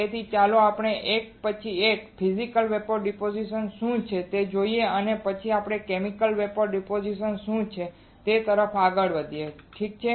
તેથી ચાલો આપણે એક પછી એક ફિઝિકલ વેપોર ડીપોઝીશન શું છે તે જોઈએ અને પછી આપણે કેમિકલ વેપોર ડીપોઝીશન શું છે તે તરફ આગળ વધીએ ઠીક છે